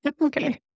Okay